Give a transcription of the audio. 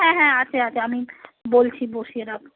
হ্যাঁ হ্যাঁ আছে আছো আমি বলছি বসিয়ে রাখতে